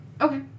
Okay